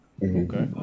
Okay